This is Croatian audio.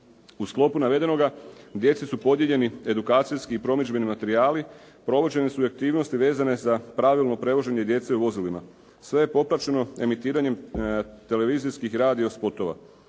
U sklopu navedenoga, djeci su podijeljeni edukacijski i promidžbeni materijali, provođene su i aktivnosti vezane za pravilno prevoženje djece u vozilima. Sve je popraćeno emitiranjem televizijskih radio spotova.